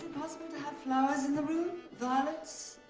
possible to have flowers in the room? violets?